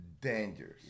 dangerous